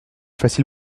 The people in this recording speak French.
facile